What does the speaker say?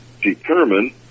determine